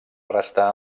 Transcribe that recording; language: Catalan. restar